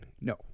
No